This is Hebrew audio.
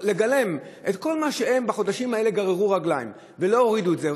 לגלם את כל מה שהם בחודשים האלה גררו רגליים ולא הורידו את זה.